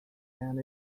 and